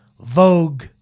Vogue